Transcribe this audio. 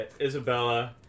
Isabella